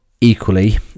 Equally